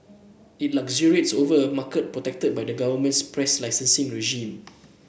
it luxuriates over a market protected by the government's press licensing regime